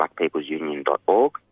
blackpeoplesunion.org